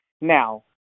Now